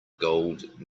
gold